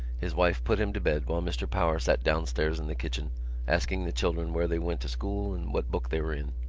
his wife put him to bed while mr. power sat downstairs in the kitchen asking the children where they went to school and what book they were in.